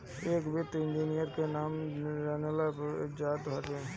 एके वित्तीय इंजीनियरिंग के नाम से जानल जात हवे